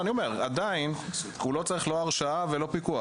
עדיין הוא לא צריך לא הרשאה ולא פיקוח.